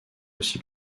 aussi